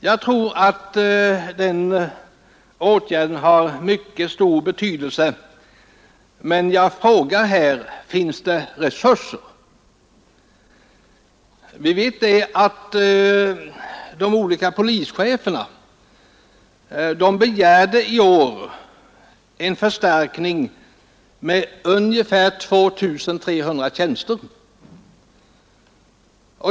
Jag tror att den åtgärden har mycket stor betydelse, men frågan är: Finns det resurser? Vi vet att de olika polischeferna i år begärde förstärkning med ungefär 2 300 tjänster.